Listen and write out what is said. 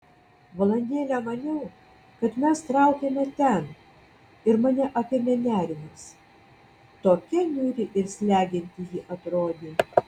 valandėlę maniau kad mes traukiame ten ir mane apėmė nerimas tokia niūri ir slegianti ji atrodė